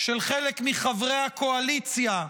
של חלק מחברי הקואליציה,